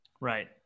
Right